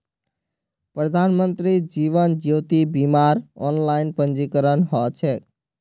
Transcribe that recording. प्रधानमंत्री जीवन ज्योति बीमार ऑनलाइन पंजीकरण ह छेक